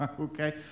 Okay